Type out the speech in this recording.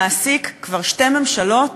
מעסיק כבר שתי ממשלות,